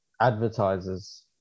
advertisers